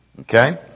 Okay